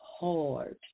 hard